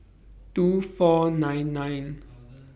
two four nine nine